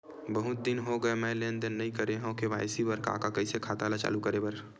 बहुत दिन हो गए मैं लेनदेन नई करे हाव के.वाई.सी बर का का कइसे खाता ला चालू करेबर?